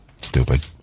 stupid